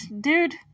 Dude